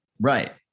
Right